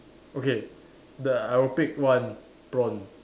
okay the I will pick one prawn